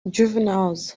juveniles